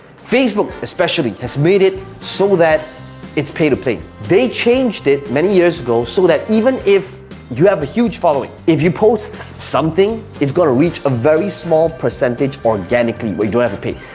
facebook especially has made it so that it's pay-to-play. they changed it many years ago so that even if you have a huge following, if you post something, it's gonna reach a very small percentage organically where you don't have to pay.